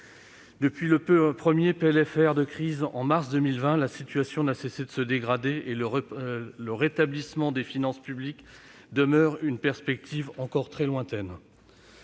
Depuis le premier PLFR de crise, en mars 2020, la situation n'a cessé de se dégrader, et le rétablissement des finances publiques demeure une perspective encore très lointaine.